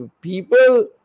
people